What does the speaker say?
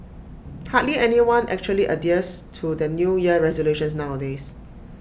hardly anyone actually adheres to their New Year resolutions nowadays